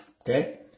Okay